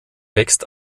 wächst